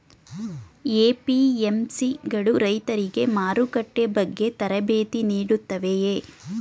APMC ಗಳು ರೈತರಿಗೆ ಮಾರುಕಟ್ಟೆ ಬಗ್ಗೆ ತರಬೇತಿ ನೀಡುತ್ತವೆಯೇ?